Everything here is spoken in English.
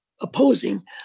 opposing